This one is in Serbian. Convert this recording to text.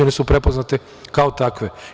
One su prepoznate kao takve.